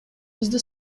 бизди